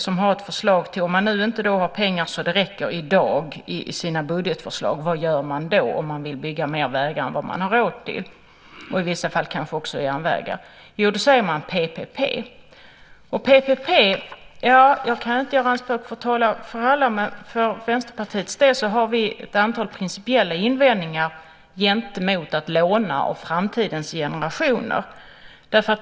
Om man i sina budgetförslag inte har pengar så att det räcker i dag, vad gör man då om man vill bygga mer vägar än vad man har råd till, i vissa fall kanske också järnvägar? Jo, då säger man PPP. Jag kan inte göra anspråk på att tala för alla, men för Vänsterpartiets del har vi ett antal principiella invändningar mot att låna av framtidens generationer.